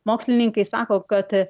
mokslininkai sako kad